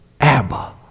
Abba